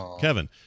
Kevin